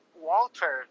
Walter